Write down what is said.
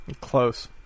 Close